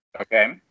Okay